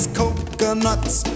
coconuts